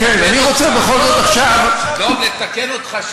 אני רוצה לתקן אותך,